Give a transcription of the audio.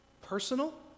personal